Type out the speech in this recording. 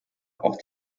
auch